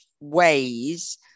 ways